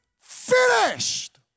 finished